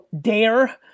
dare